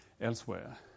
elsewhere